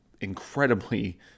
incredibly